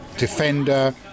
Defender